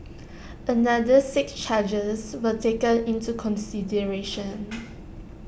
another six charges were taken into consideration